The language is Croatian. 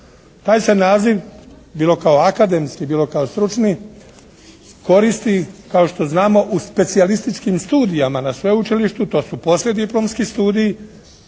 Taj se naziv bilo kao akademski, bilo kao stručni koristi kao što znamo u specijalističkim studijama na sveučilištu. To su poslijediplomski studiji.